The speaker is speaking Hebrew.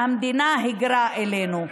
שהמדינה היגרה אלינו.